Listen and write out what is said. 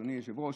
אדוני היושב-ראש,